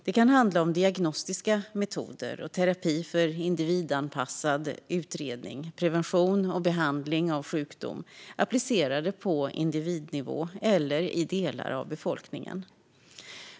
Det kan handla om diagnostiska metoder och terapi för individanpassad utredning, prevention och behandling av sjukdom, applicerade på individnivå eller i delar av befolkningen.